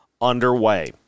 underway